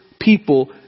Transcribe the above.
people